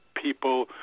People